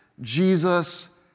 Jesus